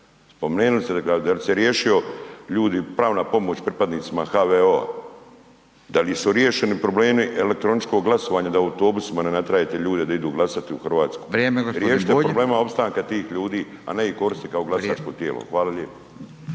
deklaraciju, da bi se riješi, ljudi, pravna pomoć pripadnicima HVO-a, da li su riješeni problemi elektroničkog glasovanja da autobusima ne natjerate ljude da idu glasati u Hrvatsku. Riješite problem opstanka tih ljudi a ne ih koristiti kao glasačko tijelo. Hvala lijepo.